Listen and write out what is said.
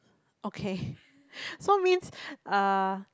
okay so means uh